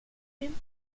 nimmt